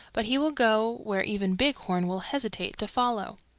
but he will go where even bighorn will hesitate to follow.